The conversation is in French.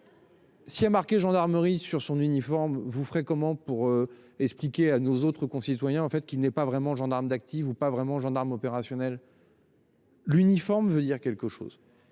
S'il a marqué gendarmerie sur son uniforme, vous ferez comment pour expliquer à nos autres concitoyens en fait qui n'est pas vraiment gendarmes d'active ou pas vraiment gendarmes opérationnel. L'uniforme veut dire quelque chose.